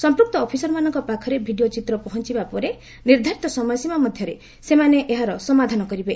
ସମ୍ପୁକ୍ତ ଅଫିସରମାନଙ୍କ ପାଖରେ ଭିଡ଼ିଓ ଚିତ୍ର ପହଞ୍ଚବା ପରେ ନିର୍ଦ୍ଧାରିତ ସମୟ ସୀମା ମଧ୍ୟରେ ସେମାନେ ଏହାର ସମାଧାନ କରିବେ